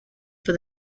for